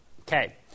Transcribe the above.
Okay